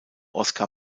oscar